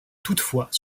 toutefois